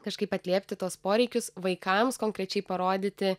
kažkaip atliepti tuos poreikius vaikams konkrečiai parodyti